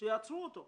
שיעצרו אותו.